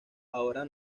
ahora